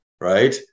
right